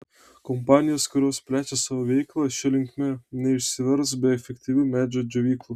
kompanijos kurios plečia savo veiklą šia linkme neišsivers be efektyvių medžio džiovyklų